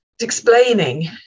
explaining